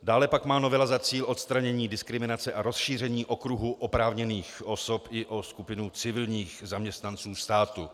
Dále pak má novela za cíl odstranění diskriminace a rozšíření okruhu oprávněných osob i o skupinu civilních zaměstnanců státu.